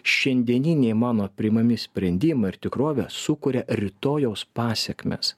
šiandieniniai mano priimami sprendimai ir tikrovė sukuria rytojaus pasekmes